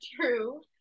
true